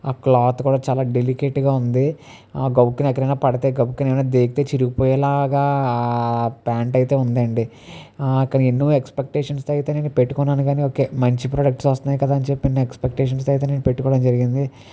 ఆ క్లాత్ కూడా చాలా డెలికేట్గా ఉంది గబుక్కున ఎక్కడైనా పడితే గబుక్కుని ఏదైనా జరిగితే చిరిగిపోయేలాగా ప్యాంట్ అయితే ఉండండి కానీ ఎన్నో ఎక్స్పెక్టేషన్తో అయితే నేను పెట్టుకున్నాను కానీ ఓకే మంచి ప్రొడక్సే వస్తున్నాయి కదా అని చెప్పి నేను ఎక్స్పెక్టేషన్తో అయితే నేను పెట్టుకోవడం జరిగింది